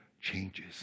changes